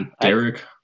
Derek